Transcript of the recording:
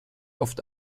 oft